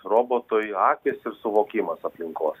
robotui akys ir suvokimas aplinkos